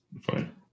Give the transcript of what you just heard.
fine